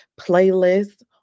playlist